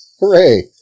Hooray